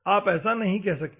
आप ऐसा नहीं कह सकते हैं